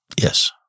Yes